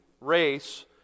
race